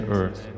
earth